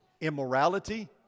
immorality